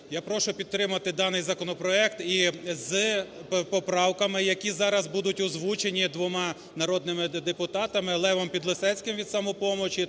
Я прошу підтримати даний законопроект із поправками, які зараз будуть озвучені двома народними депутатами Левом Підлісецьким від "Самопомочі"